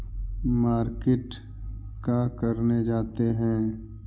Market का करने जाते हैं?